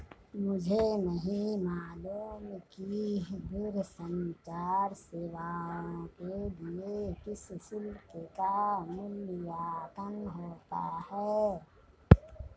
मुझे नहीं मालूम कि दूरसंचार सेवाओं के लिए किस शुल्क का मूल्यांकन होता है?